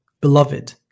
beloved